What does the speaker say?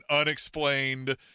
unexplained